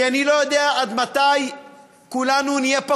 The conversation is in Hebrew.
כי אני לא יודע עד מתי כולנו נהיה פה,